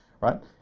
right